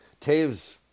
Taves